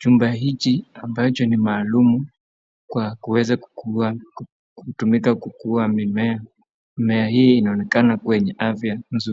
Chumba hichi ambacho ni maalum kwa kuweza kukua kutumika kukua mimea. Mimea hii inaonekana kuwa afya mzuri.